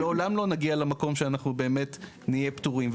לעולם לא נגיע למקום שבו אנחנו באמת נהיה פטורים.